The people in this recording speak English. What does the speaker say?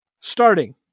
Starting